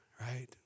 right